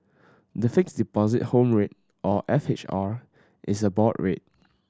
the Fixed Deposit Home Rate or F H R is a board rate